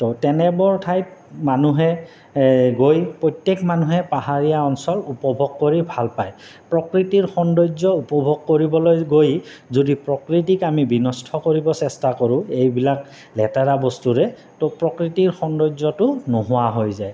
তো তেনেবোৰ ঠাইত মানুহে গৈ প্ৰত্যেক মানুহে পাহাৰীয়া অঞ্চল উপভোগ কৰি ভাল পায় প্ৰকৃতিৰ সৌন্দৰ্য উপভোগ কৰিবলৈ গৈ যদি প্ৰকৃতিক আমি বিনষ্ট কৰিব চেষ্টা কৰোঁ এইবিলাক লেতেৰা বস্তুৰে তো প্ৰকৃতিৰ সৌন্দৰ্যটো নোহোৱা হৈ যায়